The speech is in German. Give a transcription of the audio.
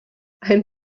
ein